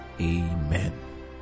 Amen